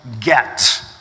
get